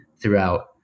throughout